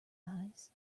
eyes